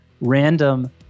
random